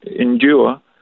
endure